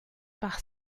par